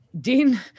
dean